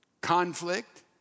conflict